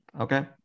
Okay